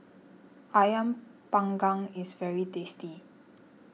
Ayam Panggang is very tasty